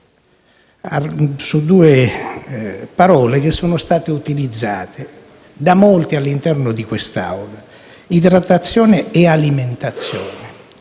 su due parole che sono state utilizzate da molti all'interno di questa Aula: idratazione e alimentazione.